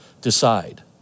Decide